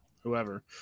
whoever